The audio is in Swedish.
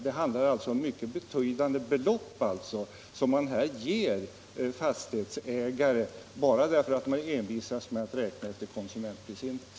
Det är alltså mycket betydande belopp som man ger fastighetsägare bara därför att man envisas att räkna med konsumentprisindex.